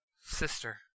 Sister